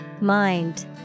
Mind